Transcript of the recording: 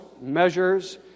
measures